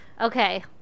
Okay